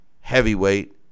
heavyweight